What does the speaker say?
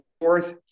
Fourth